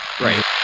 right